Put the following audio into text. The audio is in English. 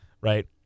right